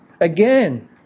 Again